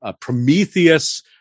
Prometheus